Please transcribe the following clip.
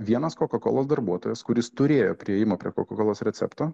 vienas koka kolos darbuotojas kuris turėjo priėjimą prie kokakolos recepto